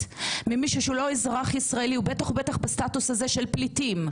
ממישהו שהוא לא אזרח ישראלי ובטח ובטח בסטטוס הזה של פליטים,